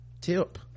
tip